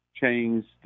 changed